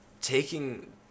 taking